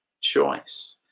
Choice